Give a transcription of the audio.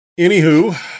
Anywho